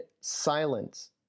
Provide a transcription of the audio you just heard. silence